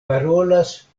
parolas